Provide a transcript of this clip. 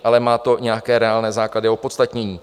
Ale má to nějaké reálné základy a opodstatnění.